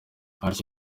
harimo